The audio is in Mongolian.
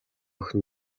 охин